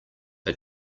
are